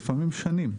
ולפעמים שנים,